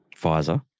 Pfizer